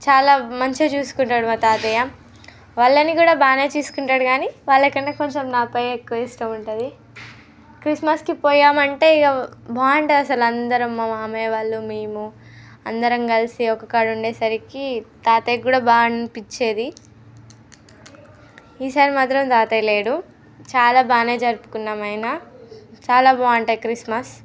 చాలా మంచిగా చూసుకుంటాడు మా తాతయ్య వాళ్ళని కూడా బాగానే చూసుకుంటాడు కానీ వాళ్ళ కన్నా కొంచెం నాపై ఎక్కువ ఇష్టం ఉంటుంది క్రిస్మస్కి పోయాము అంటే ఇక బాగుంటుంది అసలు అందరం మా మామయ్య వాళ్ళు మేము అందరం కలిసి ఒక కడ ఉండేసరికి తాతయ్యకు కూడా బాగా అనిపించేది ఈసారి మాత్రం తాతయ్య లేడు చాలా బాగానే జరుపుకున్నాము అయినా చాలా బాగుంటాయి క్రిస్మస్